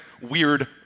weird